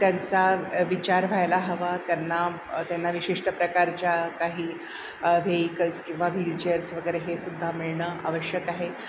त्यांचा विचार व्हायला हवा त्यांना त्यांना विशिष्ट प्रकारच्या काही व्हेईकल्स किंवा व्हीलचेअर्स वगैरे हे सुद्धा मिळणं आवश्यक आहे